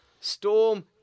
Storm